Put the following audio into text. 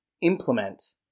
implement